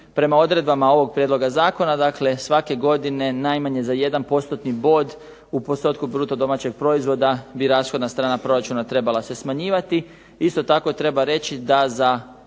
Prema odredbama ovog prijedloga zakona svake godine najmanje za 1 postotni bod u postotku bruto domaćeg proizvoda bi rashodna strana proračuna trebala se smanjivati. Isto tako treba reći da za